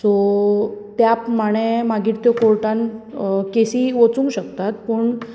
so त्या प्रमाणे मागीर ते कोर्टान केसी वचूंक शकतात पूण